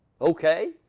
Okay